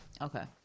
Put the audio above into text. okay